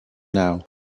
now